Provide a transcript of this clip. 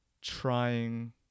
trying